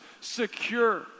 secure